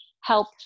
help